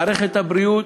מערכת הבריאות,